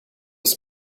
des